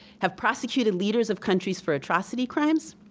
have prosecuted leaders of countries for atrocity crimes.